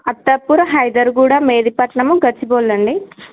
అత్తాపూర్ హైదర్గూడ మెహిదీపట్నము గచ్చిబౌలి అండీ